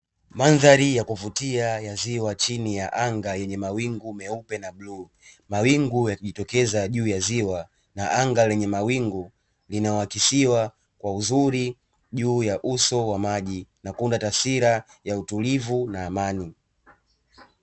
Mandhari ya kuvutia ya ziwa chini ya anga yenye mawingu meupe na bluu. Mawingu yakijitokeza juu ya ziwa na anga lenye mawingu linaloakisiwa kwa uzuri juu ya uso wa maji na kuna taswira ya utulivu na amani.